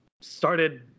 started